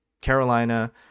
Carolina